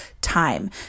time